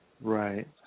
Right